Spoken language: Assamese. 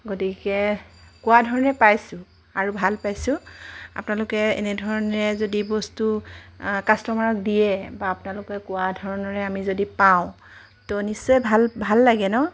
গতিকে কোৱা ধৰণে পাইছোঁ আৰু ভাল পাইছোঁ আপোনালোকে এনেধৰণে যদি বস্তু কাষ্টমাৰক দিয়ে বা আপোনালোকে কোৱা ধৰণৰে আমি যদি পাওঁ ত' নিশ্চয় ভাল ভাল লাগে ন